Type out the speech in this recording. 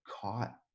caught